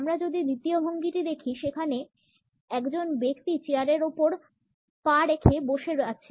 আমরা যদি দ্বিতীয় ভঙ্গিটি দেখি যেখানে একজন ব্যক্তি চেয়ারের হাতের উপর পা রেখে বসে আছেন